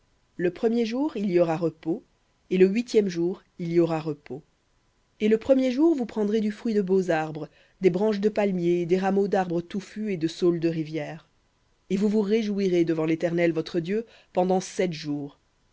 le premier jour il y aura repos et le huitième jour il y aura repos et le premier jour vous prendrez du fruit de beaux arbres des branches de palmiers et des rameaux d'arbres touffus et de saules de rivière et vous vous réjouirez devant l'éternel votre dieu pendant sept jours